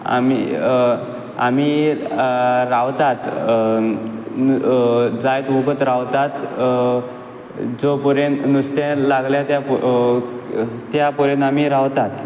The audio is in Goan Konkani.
आमी आमी रावतात जायतो वोगोत रावतात जोपरेन नुस्तें लागना त्या परेन आमी रावतात